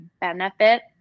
benefit